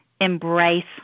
embrace